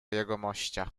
jegomościa